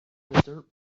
dirt